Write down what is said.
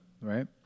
right